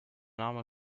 name